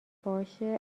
باشه